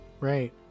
Right